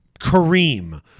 Kareem